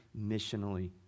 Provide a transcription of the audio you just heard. missionally